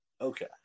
Okay